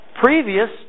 Previous